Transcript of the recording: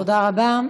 תודה רבה.